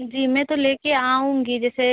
जी मैं तो लेकर आऊँगी जैसे